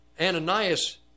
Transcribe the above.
Ananias